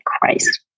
Christ